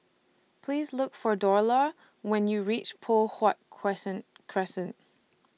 Please Look For Dorla when YOU REACH Poh Huat Crescent Crescent